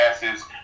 passes